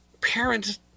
parents